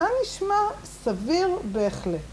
‫היה נשמע סביר בהחלט.